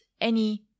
any—